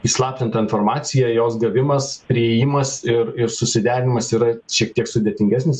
įslaptintą informaciją jos gavimas priėjimas ir ir susiderinimas yra šiek tiek sudėtingesnis